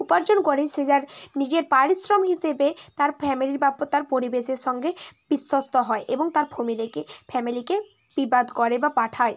উপার্জন করে সে যা নিজের পারিশ্রমিক হিসেবে তার ফ্যামিলি বা ও তার পরিবেশের সঙ্গে বিশ্বস্ত হয় এবং তার ফ্যামিলিকে ফ্যামিলিকে বিবাদ করে বা পাঠায়